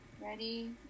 Ready